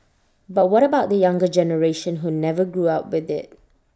but what about the younger generation who never grew up with IT